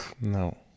No